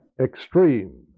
Extreme